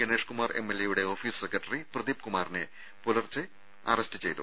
ഗണേഷ് കുമാർ എംഎൽഎയുടെ office secretary Pradeep കുമാറിനെ പുലർച്ചെ അറസ്റ്റ് ചെയ്തു